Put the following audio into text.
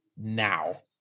now